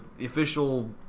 official